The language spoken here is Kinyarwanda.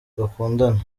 bakundana